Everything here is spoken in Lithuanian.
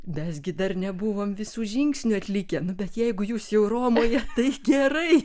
mes gi dar nebuvom visų žingsnių atlikę bet jeigu jūs jau romoje tai gerai